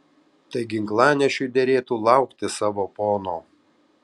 tai ginklanešiui derėtų laukti savo pono